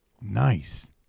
Nice